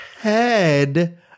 Head